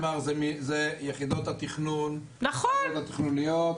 זה יחידות התכנון,